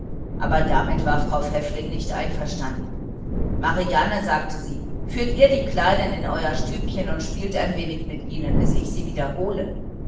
aber damit war frau pfäffling nicht einverstanden marianne sagte sie führt ihr die kleinen in euer stübchen und spielt ein wenig mit ihnen bis ich sie wieder